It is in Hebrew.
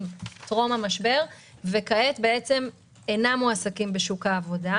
בטרום המשבר וכעת אינם מועסקים בשוק העבודה.